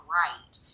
right